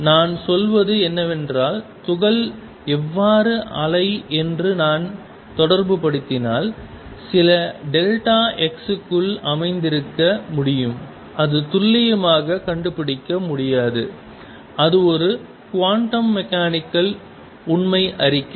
நான் சொல்வது என்னவென்றால் துகள் எவ்வாறு அலை என்று நான் தொடர்புபடுத்தினால் அது சில டெல்டா x க்குள் அமைந்திருக்க முடியும் அது துல்லியமாக கண்டுபிடிக்க முடியாது அது ஒரு குவாண்டம் மெக்கானிக்கல் உண்மை அறிக்கை